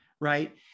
right